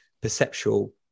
perceptual